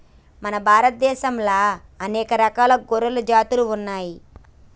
మన భారత దేశంలా అనేక రకాల గొర్రెల జాతులు ఉన్నయ్యి